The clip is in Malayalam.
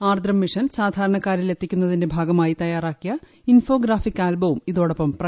ആർദ്രം മിഷൻ സാധാരണക്കാരിൽ എത്തിക്കുന്നതിന്റെ ഭാഗമായി തയ്യാറാക്കിയ ഇൻഫോഗ്രാഫിക് ആൽബവും ഇതോടൊപ്പം ചെയ്തു